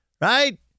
Right